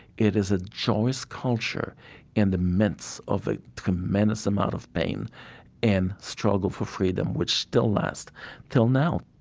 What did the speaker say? it is a joyous culture in the midst of a tremendous amount of pain and struggle for freedom, which still lasts till now